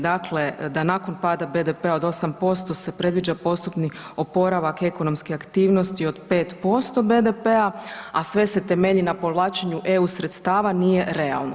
Dakle, da nakon pada BDP-a od 8% se predviđa postupni oporavak ekonomske aktivnosti od 5% BDP-a, a sve se temelji na povlačenju EU sredstava, nije realno.